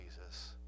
jesus